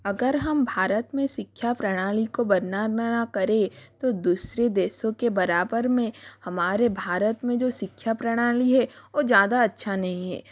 अगर हम भारत में शिक्षा प्रणाली को करे तो दूसरे देशों के बराबर में हमारे भारत में जो शिक्षा प्रणाली है वो ज़्यादा अच्छी नहीं है